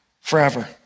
forever